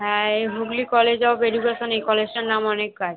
হ্যাঁ এই Hooghly college of education এই কলেজটার নাম অনেক আছে